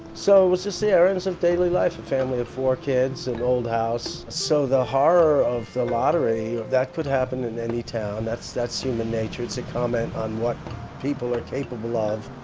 so it was just the errands of daily life, a family of four kids, an old house. so the horror of the lottery, that could happen in any town, that's that's human nature, it's a comment on what people are capable of.